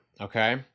okay